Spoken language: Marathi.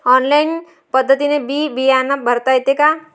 ऑनलाईन पद्धतीनं बी बिमा भरता येते का?